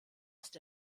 ist